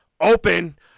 open